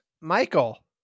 Michael